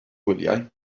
wyliau